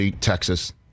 Texas